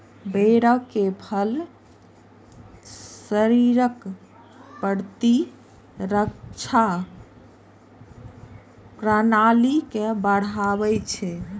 बेरक फल शरीरक प्रतिरक्षा प्रणाली के बढ़ाबै छै